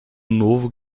novo